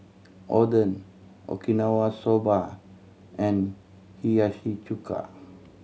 Oden Okinawa Soba and Hiyashi Chuka